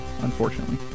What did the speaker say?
unfortunately